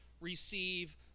receive